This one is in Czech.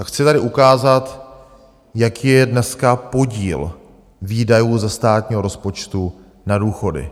Chci tady ukázat, jaký je dneska podíl výdajů ze státního rozpočtu na důchody.